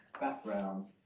background